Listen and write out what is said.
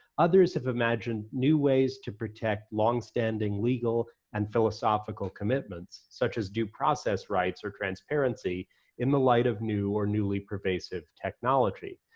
others have imagined new ways to protect longstanding legal and philosophical commitments, such as due process right or transparency in the light of new or newly pervasive technology.